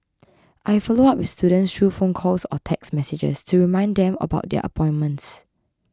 I follow up with students through phone calls or text messages to remind them about their appointments